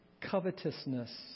covetousness